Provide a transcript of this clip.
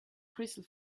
crystal